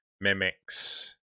mimics